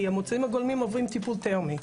כי המוצרים הגולמיים עוברים טיפול תרמי.